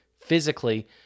physically